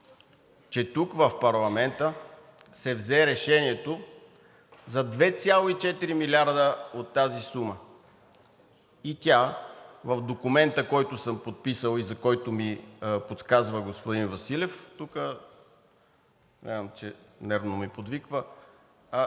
че тук в парламента се взе решението за 2,4 милиарда от тази сума и тя в документа, който съм подписал и за който ми подсказва господин Василев, гледам, че нервно ми подвиква,